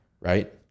Right